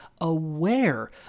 aware